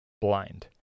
blind